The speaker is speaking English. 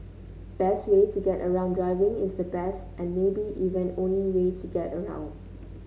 best way to get around Driving is the best and maybe even only way to get around